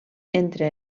entre